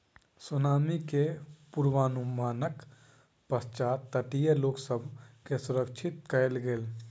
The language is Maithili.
सुनामी के पुर्वनुमानक पश्चात तटीय लोक सभ के सुरक्षित कयल गेल